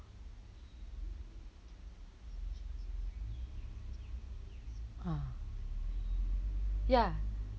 ah ya